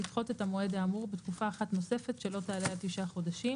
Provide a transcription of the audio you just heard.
לדחות את המועד האמור בתקופה אחת נוספת שלא תעלה על תשעה חודשים,